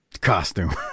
Costume